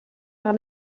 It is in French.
par